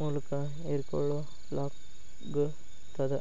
ಮೂಲಕ ಹೇರಿಕೋಳ್ಳಲಾಗತ್ತದ